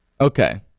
Okay